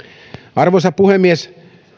arvoisa puhemies